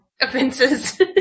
offenses